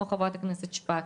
כמו חברת הכנסת שפק,